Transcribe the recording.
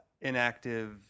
inactive